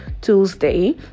Tuesday